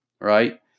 Right